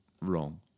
wrong